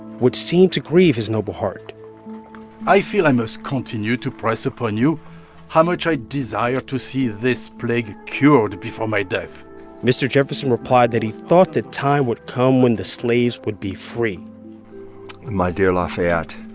which seemed to grieve his noble heart i feel i must continue to press upon you how much i desire to see this plague cured before my death mr. jefferson replied that he thought the time would come when the slaves would be free my dear, lafayette,